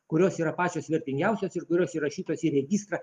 kurios yra pačios vertingiausios ir kurios įrašytos į registrą